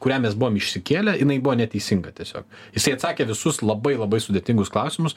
kurią mes buvom išsikėlę jinai buvo neteisinga tiesiog jisai atsakė visus labai labai sudėtingus klausimus